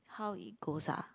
how it goes ah